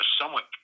somewhat